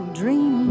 dream